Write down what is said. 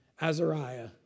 Azariah